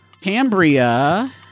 Cambria